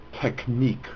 technique